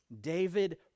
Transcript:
David